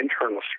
internal